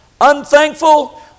unthankful